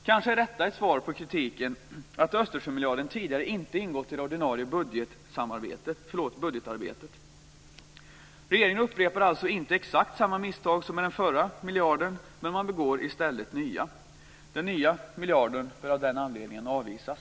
Kanske är detta ett svar på kritiken mot att Östersjömiljarden tidigare inte ingått i det ordinarie budgetarbetet. Regeringen upprepar alltså inte exakt samma misstag som när det gällde den förra miljarden; i stället gör man nya. Förslaget om den nya miljarden bör av den anledningen avvisas.